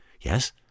Yes